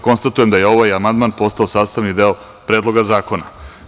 Konstatujem da je ovaj amandman postao sastavni deo Predloga zakona.